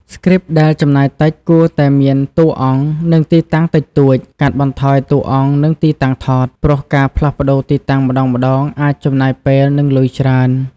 ស្គ្រីបដែលចំណាយតិចគួរតែមានតួអង្គ និងទីតាំងតិចតួច កាត់បន្ថយតួអង្គនិងទីតាំងថត ព្រោះការផ្លាស់ប្តូរទីតាំងម្តងៗអាចចំណាយពេល និងលុយច្រើន។